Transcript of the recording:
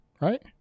right